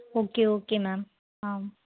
okay okay ma'am ah